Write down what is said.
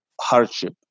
hardship